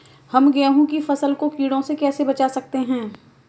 हम गेहूँ की फसल को कीड़ों से कैसे बचा सकते हैं?